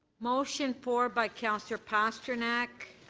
motion four by councillor pasternak.